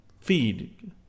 feed